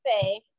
say